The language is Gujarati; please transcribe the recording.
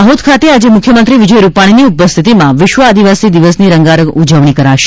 દાહોદ ખાતે આજે મુખ્યમંત્રી વિજય રૂપાણીની ઉપસ્થિતિમાં વિશ્વ આદિવાસી દિવસની રંગારંગ ઉજવણી થશે